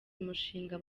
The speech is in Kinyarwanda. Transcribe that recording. umushinga